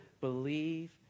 believe